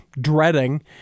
dreading